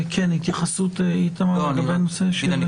התייחסות לשאלה של חבר הכנסת סעדי לגבי זכות הטיעון לעונש.